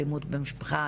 האלימות במשפחה,